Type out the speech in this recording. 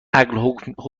عقل